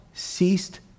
ceased